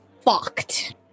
fucked